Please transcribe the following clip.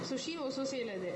so she also say like that